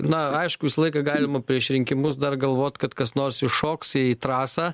na aišku visą laiką galima prieš rinkimus dar galvot kad kas nors iššoks į trasą